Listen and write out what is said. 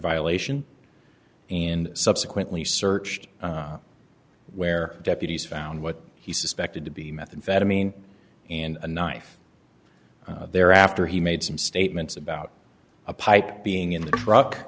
violation and subsequently searched where deputies found what he suspected to be methamphetamine and a knife there after he made some statements about a pipe being in the truck